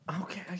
okay